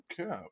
Okay